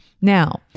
Now